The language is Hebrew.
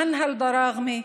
מנהל דראגמה,